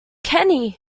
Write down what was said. kenny